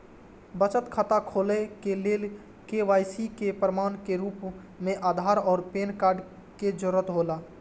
बचत खाता खोले के लेल के.वाइ.सी के प्रमाण के रूप में आधार और पैन कार्ड के जरूरत हौला